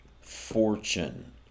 fortune